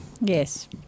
Yes